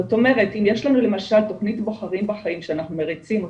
זאת אומרת אם יש לנו למשל תכנית 'בוחרים בחיים' שאנחנו מריצים אותה,